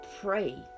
pray